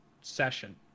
session